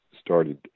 started